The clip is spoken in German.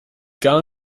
gar